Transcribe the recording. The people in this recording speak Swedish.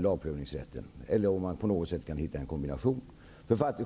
lagprövningsrätten, eller om det går att hitta en kombination.